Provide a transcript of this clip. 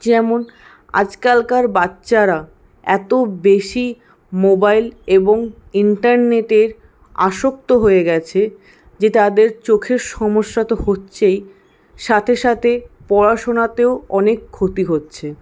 যেমন আজকালকার বাচ্চারা এত বেশি মোবাইল এবং ইন্টারনেটের আসক্ত হয়ে গেছে যে তাদের চোখের সমস্যা তো হচ্ছেই সাথে সাথে পড়াশোনাতেও অনেক ক্ষতি হচ্ছে